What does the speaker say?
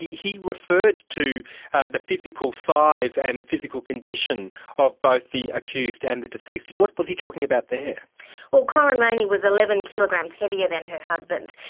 he referred to the physical size and the physical condition of both the accused and the deceased. what was he talking about there? well, corryn rayney was eleven kg um heavier than her husband,